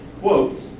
quotes